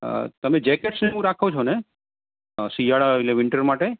હા તમે જેકેટ્સ ને એવું રાખો છો ને અ શિયાળા એટલે વિન્ટર્સ માટે